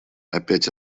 опять